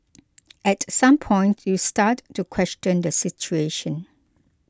at some point you start to question the situation